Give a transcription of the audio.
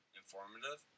informative